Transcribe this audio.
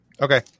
Okay